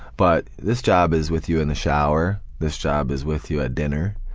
but this job is with you in the shower, this job is with you at dinner,